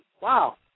Wow